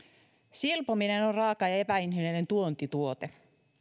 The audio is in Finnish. silpominen on raaka ja epäinhimillinen tuontituote